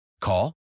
Call